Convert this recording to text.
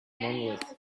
monolith